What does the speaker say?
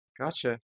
gotcha